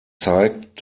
zeigt